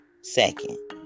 second